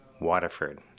Waterford